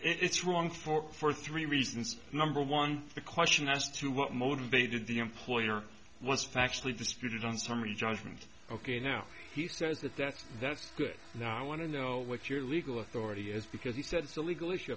it's wrong for for three reasons number one the question as to what motivated the employer was factually disputed on summary judgment ok now he says that that's that's good now i want to know what your legal authority is because he said it's a legal issue